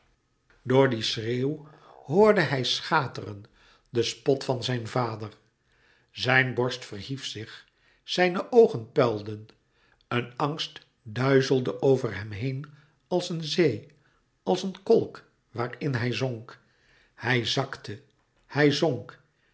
door dien schreeuw hoorde hij schateren den spot van zijn vader zijn borst verhief zich zijne oogen puilden een angst duizelde over hem heen als een zee als een kolk waarin hij zonk hij zakte hij